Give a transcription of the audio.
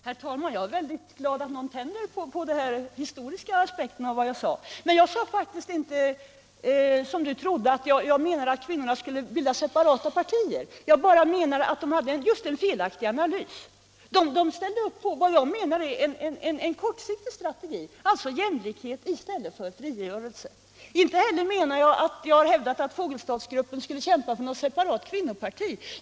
Herr talman! Jag är glad att någon tänder på den historiska aspekten av vad jag sade. Men jag sade inte att kvinnorna skulle bilda separata partier. Jag bara menade att de hade en felaktig analys. De ställde upp på en kortsiktig strategi, alltså jämlikhet, i stället för frigörelse. Inte heller har jag hävdat att Fogelstadsgruppen skulle kämpa för något separat kvinnoparti.